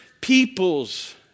peoples